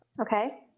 okay